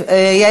אין